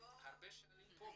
הנה,